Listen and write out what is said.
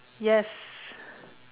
yes